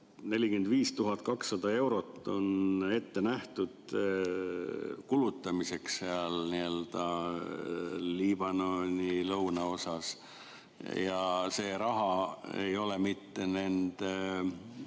45 200 eurot ette nähtud kulutamiseks Liibanoni lõunaosas ja see raha ei ole mitte nende